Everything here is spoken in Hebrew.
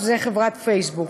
חברת פייסבוק.